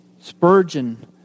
Spurgeon